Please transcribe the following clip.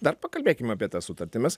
dar pakalbėkim apie tą sutartį nes